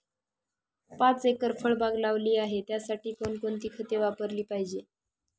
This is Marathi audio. पाच एकर फळबाग लावली आहे, त्यासाठी कोणकोणती खते वापरली पाहिजे?